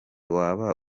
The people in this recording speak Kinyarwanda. waba